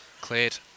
cleared